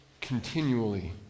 continually